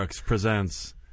presents